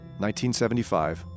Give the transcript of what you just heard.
1975